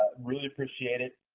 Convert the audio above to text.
really appreciate it.